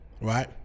right